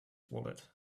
wallet